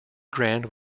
grand